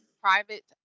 Private